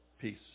Peace